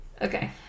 Okay